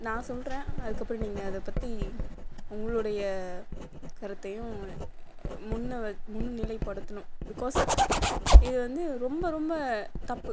நான் சொல்கிறேன் அதுக்கப்புறம் நீங்கள் அதை பற்றி உங்களுடைய கருத்தையும் முன்னவ முன்னிலை படுத்தணும் பிகாஸ் இதுவந்து ரொம்ப ரொம்ப தப்பு